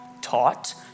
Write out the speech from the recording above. taught